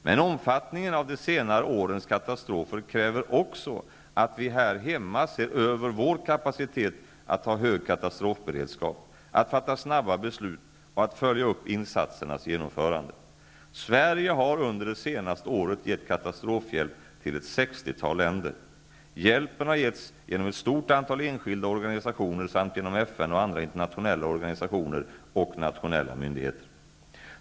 Men omfattningen av de senare årens katastrofer kräver också att vi här hemma ser över vår kapacitet att ha hög katastrofberedskap, att fatta snabba beslut och att följa upp insatsernas genomförande. Sverige har under det senaste året givit katastrofhjälp till ett sextiotal länder. Hjälpen har givits genom ett stort antal enskilda organisationer samt genom FN och andra internationella organisationer och nationella myndigheter.